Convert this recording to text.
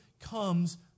comes